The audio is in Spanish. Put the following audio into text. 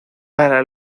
para